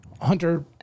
Hunter